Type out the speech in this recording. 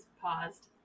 paused